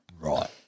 right